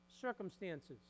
circumstances